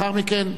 ולאחר מכן,